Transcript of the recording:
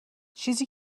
چیزی